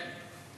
כן.